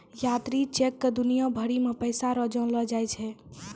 यात्री चेक क दुनिया भरी मे पैसा रो जानलो जाय छै